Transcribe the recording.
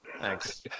Thanks